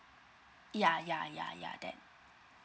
ya ya ya ya that